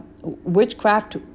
witchcraft